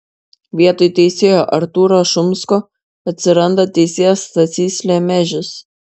vietoj teisėjo artūro šumsko atsiranda teisėjas stasys lemežis